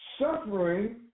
suffering